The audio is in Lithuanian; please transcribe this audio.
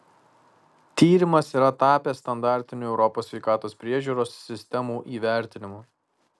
tyrimas yra tapęs standartiniu europos sveikatos priežiūros sistemų įvertinimu